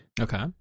okay